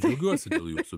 džiaugiuosi dėl jūsų